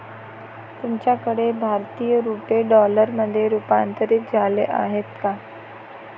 तुमच्याकडे भारतीय रुपये डॉलरमध्ये रूपांतरित झाले आहेत का?